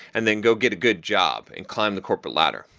and then go get a good job and climb the corporate ladder.